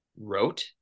Wrote